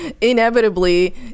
inevitably